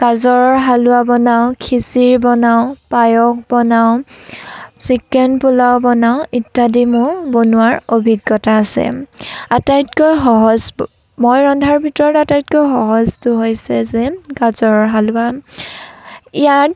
গাজৰৰ হালোৱা বনাওঁ খিচিৰি বনাওঁ পায়স বনাওঁ চিকেন পোলাও বনাওঁ ইত্যাদি মোৰ বনোৱাৰ অভিজ্ঞতা আছে আটাইতকৈ সহজ মই ৰন্ধাৰ ভিতৰত আটাইতকৈ সহজটো হৈছে যে গাজৰৰ হালোৱা ইয়াত